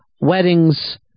weddings